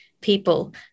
people